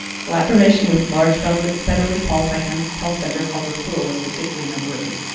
collaboration with the large federally federally qualified health health center called refuah was particularly net worthy.